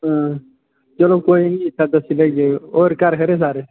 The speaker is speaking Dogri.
चलो कोई नी दस्सी लैगे होर घर खरे नी सारे